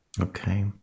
Okay